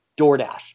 DoorDash